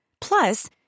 Plus